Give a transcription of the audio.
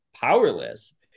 powerless